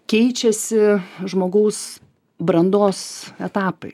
keičiasi žmogaus brandos etapai